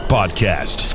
Podcast